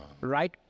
right